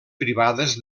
privades